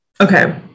Okay